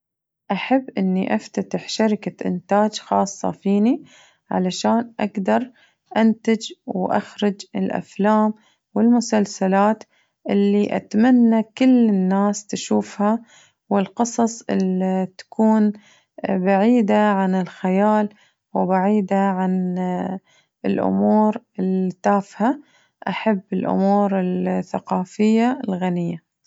أحب أني أفتتح شركة إنتاج خاصة فيني علشان أقدر أنتج وأخرج الأفلام والمسلسلات اللي أتمنى كل الناس تشوفها والقصص اللي تكون بعيدة عن الخيال وبعيدة عن الأمور التافهة، أحب الأمور الثقافية الغنية.